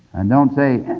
and don't say,